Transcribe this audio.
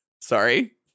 Sorry